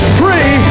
free